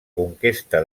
conquesta